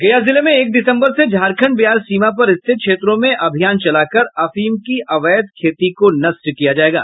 गया जिले में एक दिसम्बर से झारखंड बिहार सीमा पर स्थित क्षेत्रों में अभियान चलाकर अफीम की अवैध खेती को नष्ट किया जायेगा